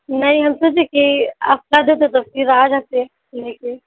نہیں ہم سوچے کہ آپ کر دیتے تو پھر آ جاتے لے کے